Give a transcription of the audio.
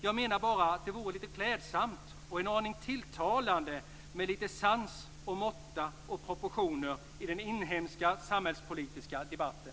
Jag menar bara att det vore klädsamt och en aning tilltalande med litet sans och måtta och proportioner i den inhemska samhällspolitiska debatten."